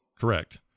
Correct